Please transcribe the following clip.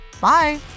Bye